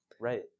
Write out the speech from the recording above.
Right